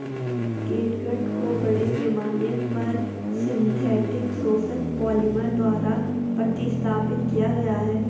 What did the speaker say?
catgut को बड़े पैमाने पर सिंथेटिक शोषक पॉलिमर द्वारा प्रतिस्थापित किया गया है